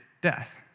death